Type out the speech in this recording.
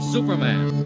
Superman